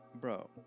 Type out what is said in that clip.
Bro